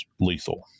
lethal